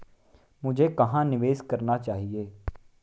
मुझे कहां निवेश करना चाहिए?